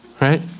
right